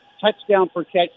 touchdown-per-catch